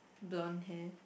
blonde hair